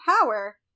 power